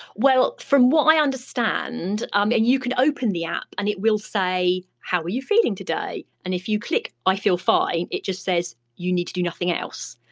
well, from i understand, um and you can open the app and it will say how are you feeling today and if you click i feel fine it just says you need to do nothing else.